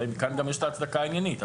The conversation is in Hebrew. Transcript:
כאן גם יש את ההצדקה העניינית.